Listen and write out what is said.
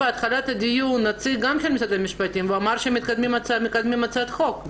בתחילת הדיון דיבר גם נציג של משרד המשפטים ואמר שמקדמים הצעת חוק.